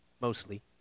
mostly